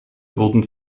wurden